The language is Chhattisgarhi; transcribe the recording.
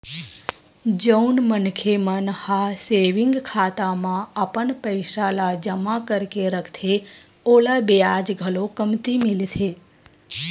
जउन मनखे मन ह सेविंग खाता म अपन पइसा ल जमा करके रखथे ओला बियाज घलो कमती मिलथे